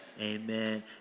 amen